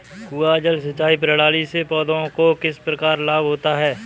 कुआँ जल सिंचाई प्रणाली से पौधों को किस प्रकार लाभ होता है?